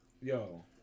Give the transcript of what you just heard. Yo